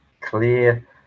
clear